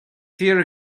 fíor